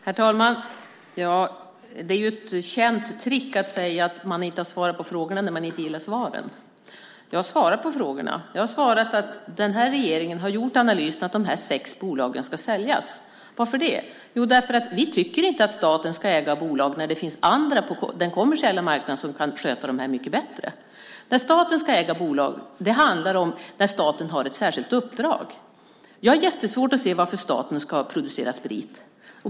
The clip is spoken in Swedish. Herr talman! Det är ett känt trick att säga att någon inte har svarat på frågorna när man inte gillar svaren. Jag har svarat på frågorna. Jag har svarat att den här regeringen har gjort analysen att dessa sex bolag ska säljas. Varför? Jo, därför att vi inte tycker att staten ska äga bolag när det finns andra på den kommersiella marknaden som kan sköta dessa bolag mycket bättre. Staten ska äga bolag när det handlar om att staten har ett särskilt uppdrag. Jag har jättesvårt att se varför staten ska producera sprit.